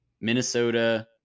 Minnesota